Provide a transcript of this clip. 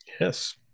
yes